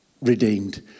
redeemed